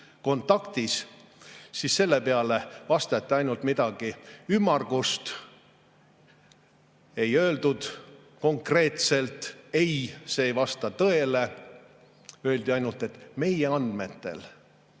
kontaktis? Selle peale vastati ainult midagi ümmargust. Ei öeldud konkreetselt: ei, see ei vasta tõele. Öeldi ainult, et meie andmetel,